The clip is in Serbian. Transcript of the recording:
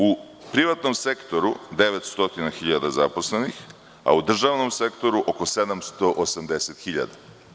U privatnom sektoru je 900.000 zaposlenih, a u državnom sektoru oko 780.000.